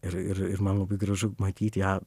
ir ir ir man labai gražu matyt ją